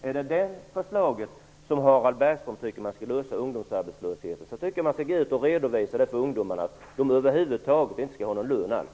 Är det så Harald Bergström tycker att vi skall lösa ungdomsarbetslösheten? Då tycker jag att ni skall gå ut och redovisa för ungdomarna att de inte skall ha någon lön alls.